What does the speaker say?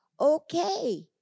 okay